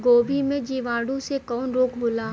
गोभी में जीवाणु से कवन रोग होला?